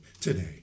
today